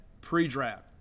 pre-draft